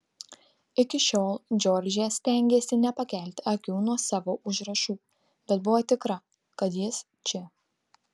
iki šiol džordžija stengėsi nepakelti akių nuo savo užrašų bet buvo tikra kad jis čia